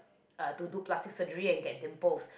uh to do plastic surgery and get dimples